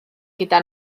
gyda